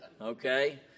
Okay